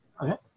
Okay